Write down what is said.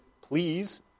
please